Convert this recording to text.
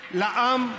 לעם,